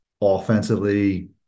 offensively